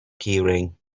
keyring